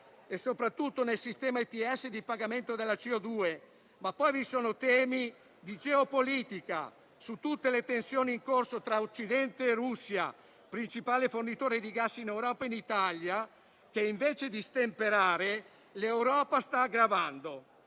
e soprattutto nel sistema ETS di pagamento della CO2. Vi sono poi temi di geopolitica relativi a tutte le tensioni in corso tra Occidente e Russia, principale fornitore di gas in Europa e in Italia che, invece di stemperare, l'Europa sta aggravando.